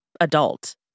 adult